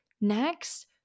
next